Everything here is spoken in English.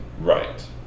Right